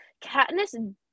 Katniss